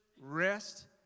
rest